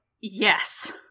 Yes